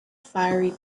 fiery